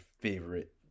favorite